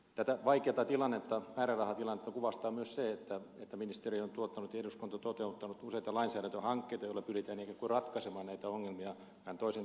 tätä vaikeata määrärahatilannetta kuvastaa myös se että ministeriö on tuottanut ja eduskunta toteuttanut useita lainsäädäntöhankkeita joilla pyritään ikään kuin ratkaisemaan näitä ongelmia vähän toisentyyppisesti